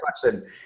question